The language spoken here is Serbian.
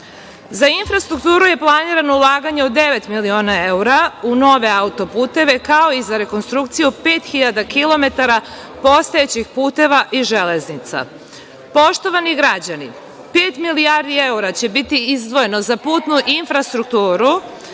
infrastrukturu je planirano ulaganje od devet miliona evra, u nove autoputeve, kao i za rekonstrukciju 5.000 km postojećih puteva i železnica. Poštovani građani, pet milijardi evra će biti izdvojeno za putnu infrastrukturu,